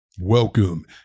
Welcome